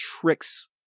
tricks